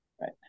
Right